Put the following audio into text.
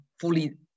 fully